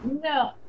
No